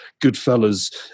Goodfellas